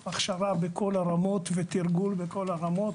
הכשרה בכל הרמות ותרגול בכל הרמות.